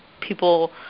people